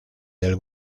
del